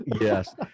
Yes